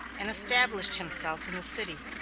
and established himself in the city.